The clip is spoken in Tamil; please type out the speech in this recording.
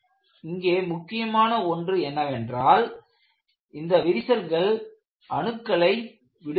இங்கே முக்கியமான ஒன்று என்னவென்றால் இந்த விரிசல்கள் அணுக்களை விடுகின்றன